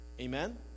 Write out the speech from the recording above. Amen